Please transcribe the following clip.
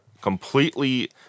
completely